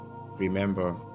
remember